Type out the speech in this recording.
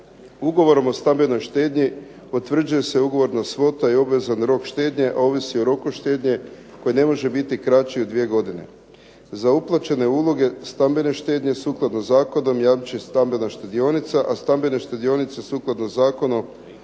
Ugovorom o stambenoj štednji potvrđuje se ugovorna svota i obvezatan rok štednje, a ovisi o roku štednje koji ne može biti kraći od dvije godine. Za uplaćene uloge stambene štednje sukladno zakonom jamči stambena štedionica, a stambene štedionice sukladno zakonu